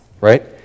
right